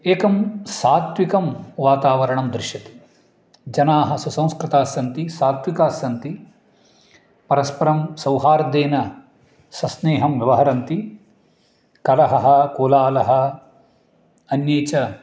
एकं सात्विकं वातावरणं दृश्यते जनाः सुसंस्कृतास्सन्ति सात्विकास्सन्ति परस्परं सौहार्देन सस्नेहं व्यवहरन्ति कलहः कोलाहलः अन्ये च